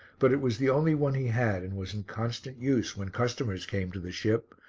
but it was the only one he had and was in constant use when customers came to the ship,